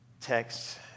text